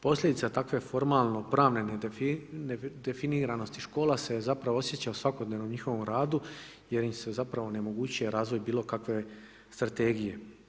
Posljedica tako formalno pravne definiranosti škola se zapravo osjeća svakodnevno u njihovom radu, jer im se zapravo onemogućuje razvoj bilokakve strategije.